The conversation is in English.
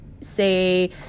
Say